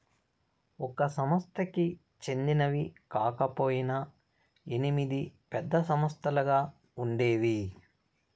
ఒక సంస్థకి చెందినవి కాకపొయినా ఎనిమిది పెద్ద సంస్థలుగా ఉండేవి